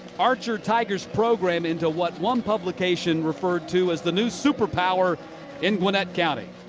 ar chur tigers program into what one publication referred to as the new superpower in gwinnett county.